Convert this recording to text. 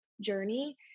journey